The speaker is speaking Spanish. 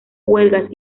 huelgas